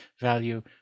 value